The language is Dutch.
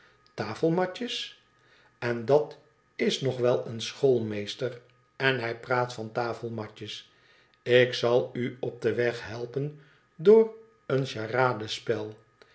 stroo ttafelmaes n dat is nog wel een schoolmeester en hij praat van tafelmatjes ik zal u op den weg helpen door een charadespel